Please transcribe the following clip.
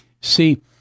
See